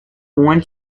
one